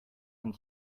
and